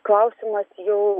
klausimas jau